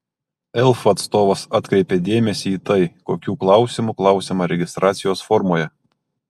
elfų atstovas atkreipė dėmesį į tai kokių klausimų klausiama registracijos formoje